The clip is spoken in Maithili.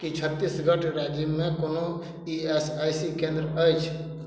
की छत्तीसगढ़ राज्यमे कोनो ई एस आइ सी केंद्र अछि